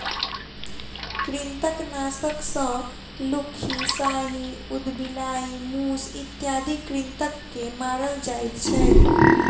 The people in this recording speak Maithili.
कृंतकनाशक सॅ लुक्खी, साही, उदबिलाइ, मूस इत्यादि कृंतक के मारल जाइत छै